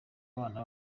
abana